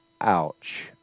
ouch